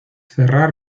cerrar